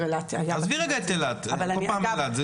עזבי רגע את אילת, כל פעם אילת,